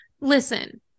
Listen